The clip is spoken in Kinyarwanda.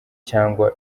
cyangwa